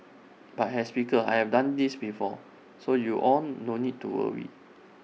but as speaker I've done this before so you all no need to worry